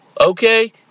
okay